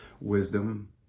wisdom